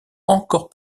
encore